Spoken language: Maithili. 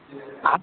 आ